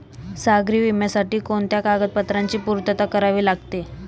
सागरी विम्यासाठी कोणत्या कागदपत्रांची पूर्तता करावी लागते?